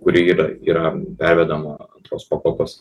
kuri yra yra pervedama antros pakopos